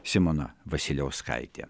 simona vasiliauskaitė